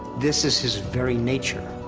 this is his very nature.